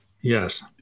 Yes